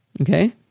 Okay